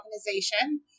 organization